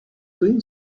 twin